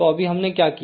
तो अभी हमने क्या किया